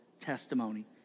testimony